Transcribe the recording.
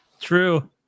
True